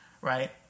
right